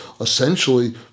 essentially